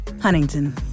Huntington